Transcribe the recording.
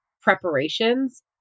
preparations